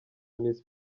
miss